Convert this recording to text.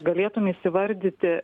galėtum įsivardyti